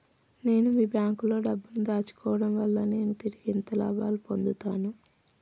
నేను మీ బ్యాంకులో డబ్బు ను దాచుకోవటం వల్ల నేను తిరిగి ఎంత లాభాలు పొందుతాను?